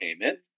payment